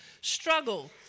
struggle